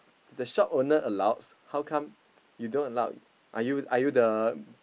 the shop owner allows how come you don't allow are you are you the